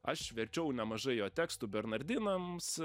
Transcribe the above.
aš verčiau nemažai jo tekstų bernardinams